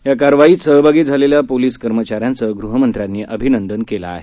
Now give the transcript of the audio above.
या कारवाईत सहभागी झालेल्या पोलीस कर्मचाऱ्याचं गृहमंत्र्यानी अभिनंदन केलं आहे